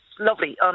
lovely